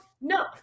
no